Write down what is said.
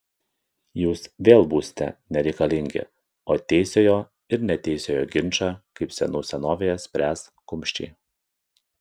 jūs vėl būsite nereikalingi o teisiojo ir neteisiojo ginčą kaip senų senovėje spręs kumščiai